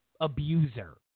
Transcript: abuser